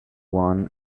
one